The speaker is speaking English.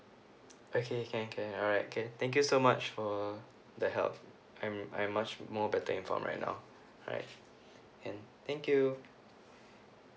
okay can can alright can thank you so much for the help I'm I'm much more better inform right now alright and thank you